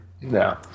No